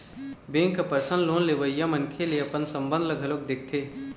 bank ह personal loan लेवइया मनखे ले अपन संबंध ल घलोक देखथे